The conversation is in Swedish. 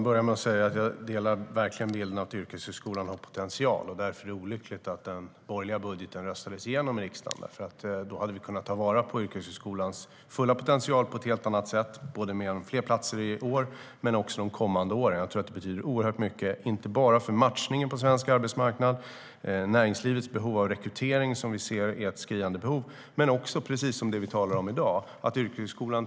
Fru talman! Jag delar verkligen bilden att yrkeshögskolan har potential. Därför är det olyckligt att den borgerliga budgeten röstades igenom i riksdagen. Annars hade vi kunnat ta vara på yrkeshögskolans fulla potential på ett helt annat sätt, med fler platser både i år och kommande år. Detta betyder oerhört mycket, inte bara för matchningen på svensk arbetsmarknad - näringslivets behov av rekrytering är skriande - utan också för det vi talar om i dag, nämligen yrkeshögskolan.